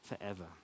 forever